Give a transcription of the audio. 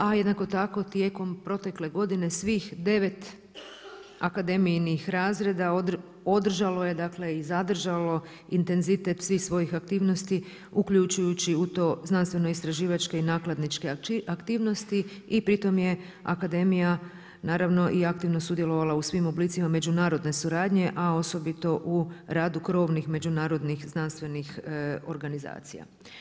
A jednako tako tijekom protekle godine svih devet akademijinih razreda održalo je i zadržalo intenzitet svih svojih aktivnosti uključujući u to znanstveno-istraživačke i nakladničke aktivnosti i pri tom je akademija naravno aktivno sudjelovala u svim oblicima međunarodne suradnje, a osobito u radu krovnih međunarodnih znanstvenih organizacija.